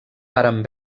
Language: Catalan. varen